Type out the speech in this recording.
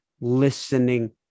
listening